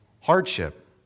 hardship